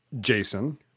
Jason